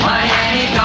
Miami